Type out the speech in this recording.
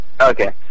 Okay